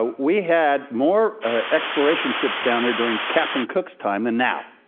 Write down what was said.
we had more exploration ships down there during captain cook's time than now.